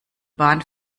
bahn